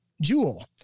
Jewel